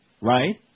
right